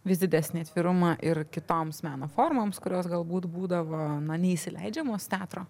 vis didesnį atvirumą ir kitoms meno formoms kurios galbūt būdavo neįsileidžiamos teatro